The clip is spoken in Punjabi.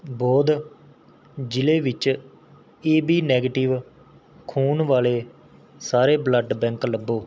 ਬੌਧ ਜ਼ਿਲ੍ਹੇ ਵਿੱਚ ਏ ਬੀ ਨੈਗਟਿਵ ਖੂਨ ਵਾਲ਼ੇ ਸਾਰੇ ਬਲੱਡ ਬੈਂਕ ਲੱਭੋ